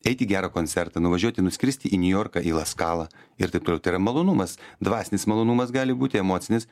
eit į gerą koncertą nuvažiuoti nuskristi į niujorką į la skalą ir taip toliau tai yra malonumas dvasinis malonumas gali būti emocinis